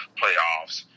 playoffs